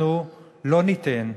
אנחנו לא ניתן,